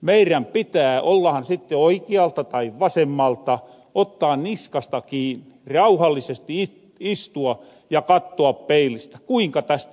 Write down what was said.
meirän pitää ollahan sitten oikialta tai vasemmalta ottaa niskasta kiinni rauhallisesti istua ja kattoa peilistä kuinka tästä etehenpäin